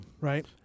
Right